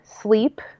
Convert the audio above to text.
sleep